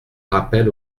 rappel